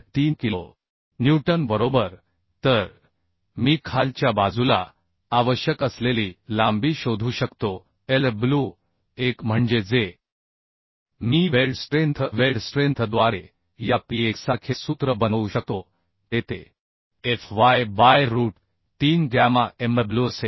3 kilo newton बरोबर तर मी खालच्या बाजूला आवश्यक असलेली लांबी शोधू शकतो Lw1 म्हणजे जेमी वेल्ड स्ट्रेंथ वेल्ड स्ट्रेंथद्वारे या P 1 सारखे सूत्र बनवू शकतो ते Te Fu by root 3 gamma Mwअसेल